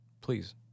please